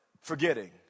Forgetting